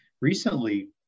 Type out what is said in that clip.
recently